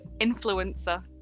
influencer